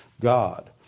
God